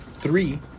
three